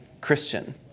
Christian